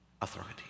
authority